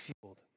fueled